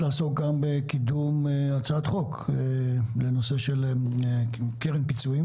לעסוק גם בקידום הצעת חוק בנושא קרן פיצויים